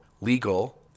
legal